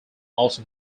also